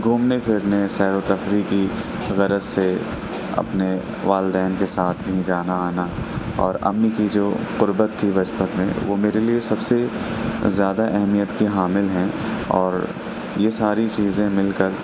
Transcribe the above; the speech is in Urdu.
گھومنے پھرنے سیر و تفریح کی غرض سے اپنے والدین کے ساتھ بھی جانا آنا اور امی کی جو قربت تھی بچپن میں وہ میرے لئے سب سے زیادہ اہمیت کی حامل ہیں اور یہ ساری چیزیں مل کر